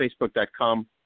facebook.com